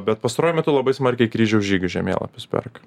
bet pastaruoju metu labai smarkiai kryžiaus žygių žemėlapius perka